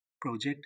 Project